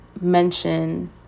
mention